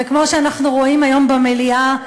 וכמו שאנחנו רואים היום במליאה,